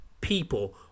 people